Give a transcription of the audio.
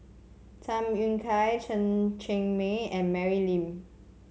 Tham Yui Kai Chen Cheng Mei and Mary Lim